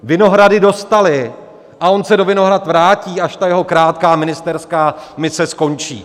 Vinohrady dostaly a on se do Vinohrad vrátí, až ta jeho krátká ministerská mise skončí.